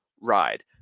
ride